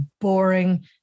boring